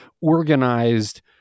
organized